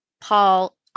Paul